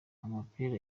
amapera